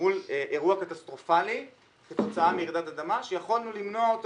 מול אירוע קטסטרופלי כתוצאה מרעידת אדמה שיכולנו למנוע אותו